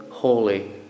Holy